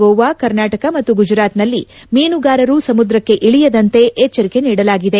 ಗೋವಾ ಕರ್ನಾಟಕ ಮತ್ತು ಗುಜರಾತ್ನಲ್ಲಿ ಮೀನುಗಾರರು ಸಮುದ್ರಕ್ಕೆ ಇಳಿಯದಂತೆ ಎಚ್ವರಿಕೆ ನೀಡಲಾಗಿದೆ